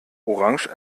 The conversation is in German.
orange